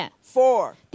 Four